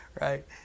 right